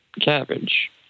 cabbage